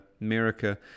america